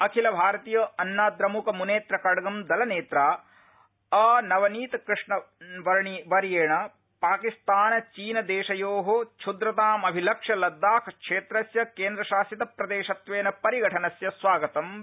अखिलभारतीय अन्नाद्रमुक मुनेत्र कडगम दलनेत्रा अनवनीतकृष्णन वर्येण पाकिस्तानचीन देशस्यो क्ष्द्रतामभिलक्ष्य लद्दाखक्षेत्रस्य केन्द्रशासितप्रदेशत्वेन परिगठनस्य स्वागतं कृतम्